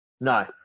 No